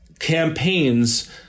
Campaigns